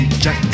Jack